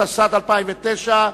התשס"ט 2009,